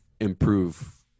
improve